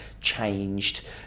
changed